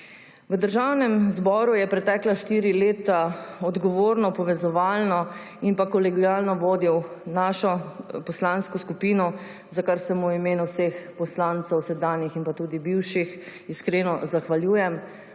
V Državnem zboru je pretekla štiri leta odgovorno, povezovalno in pa kolegialno vodil našo poslansko skupino, za kar se mu v imenu vseh poslancev, sedanjih in pa tudi bivših, iskreno zahvaljujem.